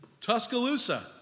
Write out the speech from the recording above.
Tuscaloosa